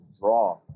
draw